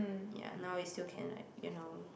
ya now we still can like you know